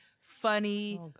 funny